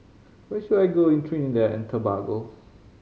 where should I go in Trinidad and Tobago